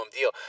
deal